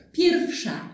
pierwsza